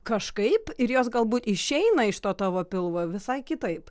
kažkaip ir jos galbūt išeina iš to tavo pilvo visai kitaip